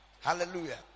Hallelujah